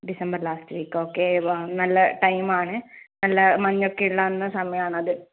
December last week okay വ നല്ല time ആണ് നല്ല മഞ്ഞ് ഒക്കെ ഉണ്ടാകുന്ന സമയം ആണ് അത്